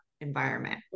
environment